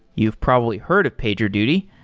you've probably heard of pagerduty.